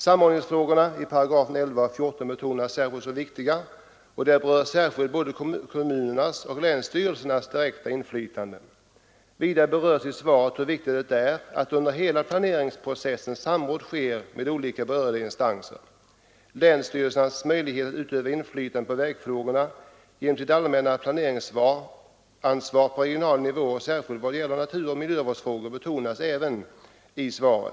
Samordningsfrågorna betonas som särskilt viktiga i 11 och 14 §§ väglagen och där berörs särskilt både kommunernas och länsstyrelsernas direkta inflytande. Vidare framhålls i svaret hur viktigt det är att under hela planeringsprocessen samråd sker med olika berörda instanser. Länsstyrelsernas möjligheter att utöva inflytande på vägfrågorna genom sitt allmänna planeringsansvar på regional nivå och särskilt i vad gäller naturoch miljövårdsfrågor betonas även i svaret.